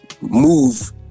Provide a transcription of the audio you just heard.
move